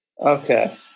okay